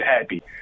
happy